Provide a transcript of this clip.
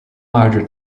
larger